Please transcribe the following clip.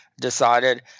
decided